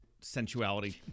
Sensuality